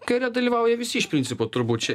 kare dalyvauja visi iš principo turbūt čia